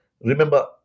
remember